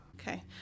Okay